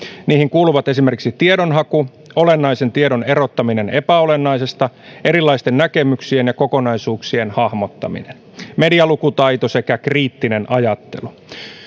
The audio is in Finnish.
niihin kuuluvat esimerkiksi tiedonhaku olennaisen tiedon erottaminen epäolennaisesta erilaisten näkemyksien ja kokonaisuuksien hahmottaminen medialukutaito sekä kriittinen ajattelu